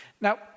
Now